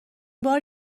بار